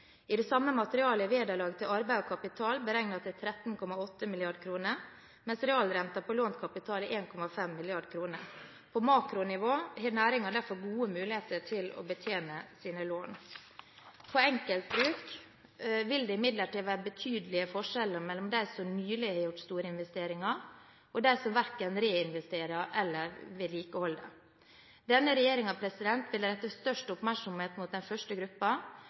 I det samme materialet er vederlaget til arbeid og kapital beregnet til 13,8 mrd. kr, mens realrenten på lånt kapital er 1,5 mrd. kr. På makronivå har næringen derfor gode muligheter til å betjene sine lån. På enkeltbruk vil det imidlertid være betydelige forskjeller mellom dem som nylig har gjort store investeringer, og dem som verken reinvesterer eller vedlikeholder. Denne regjeringen vil rette størst oppmerksomhet mot den første